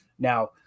Now